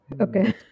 Okay